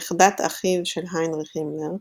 נכדת אחיו של היינריך הימלר,